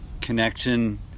connection